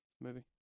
movie